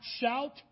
shout